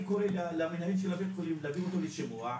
קורא למנהל של הבית חולים להביא אותו לשימוע,